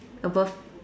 above